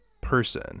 person